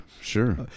Sure